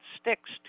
sticks